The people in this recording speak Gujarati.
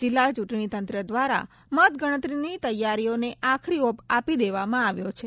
જિલ્લા ચૂંટણીતંત્ર દ્વારા મતગણતરીની તૈયારીઓને આખરી ઓપ આપી દેવામાં આવ્યો છે